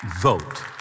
Vote